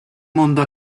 mondo